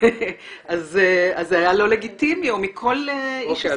אז זה היה לא לגיטימי, או מכל איש עסקים אחר.